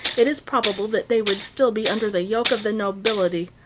it is probable that they would still be under the yoke of the nobility.